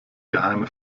geheime